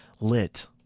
lit